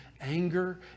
Anger